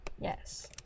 Yes